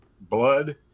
blood